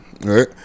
right